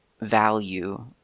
value